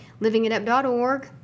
LivingItUp.org